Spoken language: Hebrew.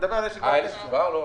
הוא מדבר על אלה שכבר בפניה.